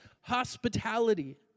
hospitality